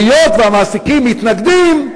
היות שהמעסיקים מתנגדים,